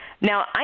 Now